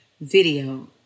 video